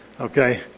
Okay